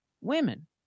women